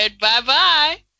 Bye-bye